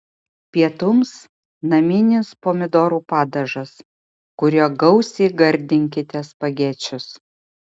pietums naminis pomidorų padažas kuriuo gausiai gardinkite spagečius